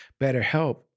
BetterHelp